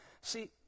See